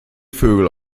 vögel